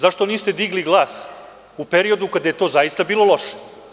Zašto niste digli glas u periodu kada je to zaista bilo loše?